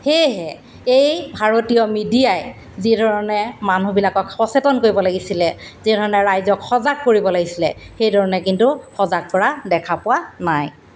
সেয়েহে এই ভাৰতীয় মিডিয়াই যিধৰণে মানুহবিলাকক সচেতন কৰিব লাগিছিলে যিধৰণে ৰাইজক সজাগ কৰিব লাগিছিলে সেইধৰণে কিন্তু সজাগ কৰা দেখা পোৱা নাই